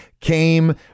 came